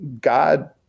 God